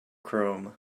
chrome